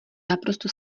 naprosto